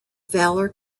valor